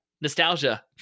nostalgia